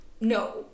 no